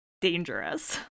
Dangerous